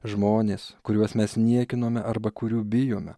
žmonės kuriuos mes niekinome arba kurių bijome